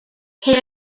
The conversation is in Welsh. ceir